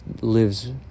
lives